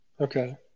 Okay